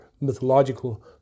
mythological